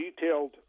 detailed